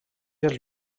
els